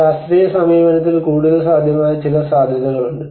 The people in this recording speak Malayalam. ശാസ്ത്രീയ സമീപനത്തിൽ കൂടുതൽ സാധ്യമായ ചില സാധ്യതകളുണ്ട്